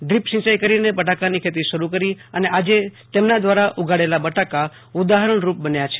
drip સિંચાઇ કરીને બટાકાની ખેતી શરૂ કરી અને આજે તેમના દ્વારા ઉગાડેલા બટાકા ઉદાહરણરૂપ બન્યા છે